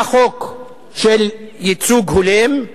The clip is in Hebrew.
היה חוק של ייצוג הולם,